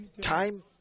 time